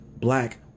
black